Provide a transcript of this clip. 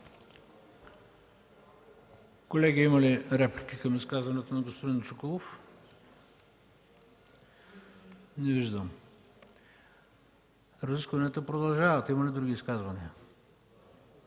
Колеги, има ли реплики към изказването на господин Чуколов? Не виждам. Разискванията продължава. Има ли други изказвания?